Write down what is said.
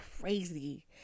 crazy